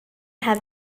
have